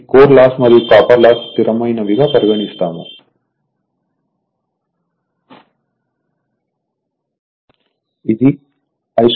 ఈ core loss మరియు copper loss స్థిరమైనవిగా పరిగణిస్తాము ఇది I2R లాస్